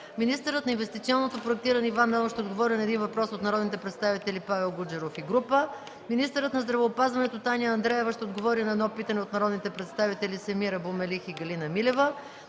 Министърът на инвестиционното проектиране Иван Данов ще отговори на един въпрос от народните представители Павел Гуджеров и група народни представители. Министърът на здравеопазването Таня Андреева-Райнова ще отговори на едно питане от народните представители Семир Абу Мелих и Галина Милева.